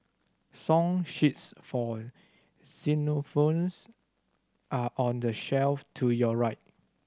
song sheets for xylophones are on the shelf to your right